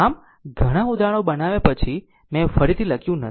આમ આમ જ ઘણા ઉદાહરણો બનાવ્યા પછી મેં ફરીથી લખ્યું નથી i i i